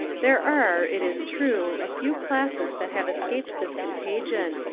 there are, it is true, a few classes that have escaped this contagion,